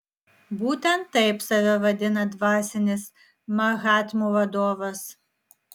būtent taip save vadina dvasinis mahatmų vadovas